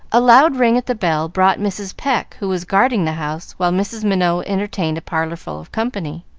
a loud ring at the bell brought mrs. pecq, who was guarding the house, while mrs. minot entertained a parlor full of company.